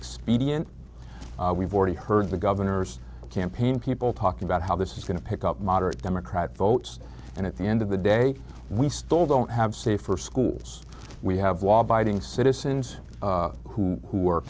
expedient we've already heard the governor's campaign people talking about how this is going to pick up moderate democrat votes and at the end of the day we still don't have safer schools we have law abiding citizens who who are